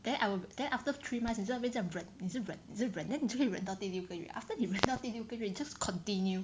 then I will then after three months 你就在那边这样忍一直忍一直忍 then 你就会忍到第六个月 after 你忍到第六个月 you just continue